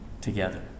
together